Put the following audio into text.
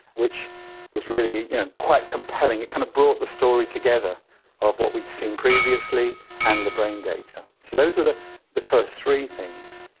which is really you know quite compelling, it kind of brought the story together of what we've seen previously and the brain data. so those were the the first three things.